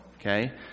okay